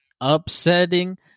upsetting